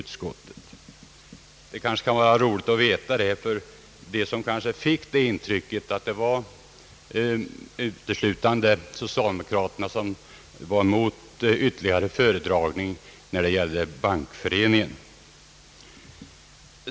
Det kan vara bra att veta det, ty många fick kanske det intrycket att det var bara socialdemokraterna som motsatte sig ytterligare föredragning från Bankföreningen.